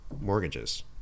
mortgages